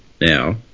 now